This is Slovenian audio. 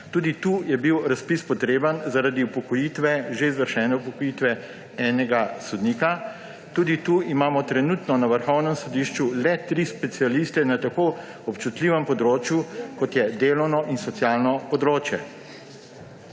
Tudi tu je bil razpis potreben zaradi upokojitve, že izvršene upokojitve enega sodnika. Tudi tu imamo trenutno na Vrhovnem sodišču le tri specialiste na tako občutljivem področju, kot je delovno in socialno področje.